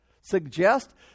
Suggest